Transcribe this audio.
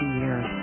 years